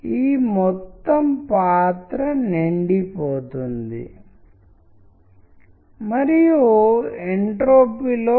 ఇక్కడ మరొక పద్యం ఈ పద్యం ఎవరో టైప్ చేస్తున్నట్లుగా దీనికి యాంత్రిక నాణ్యత ఉంది